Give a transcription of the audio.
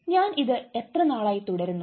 ഞാൻ ഇത് എത്രനാളായി തുടരുന്നു